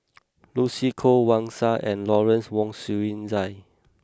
Lucy Koh Wang Sha and Lawrence Wong Shyun Tsai